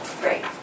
great